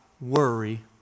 worry